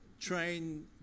train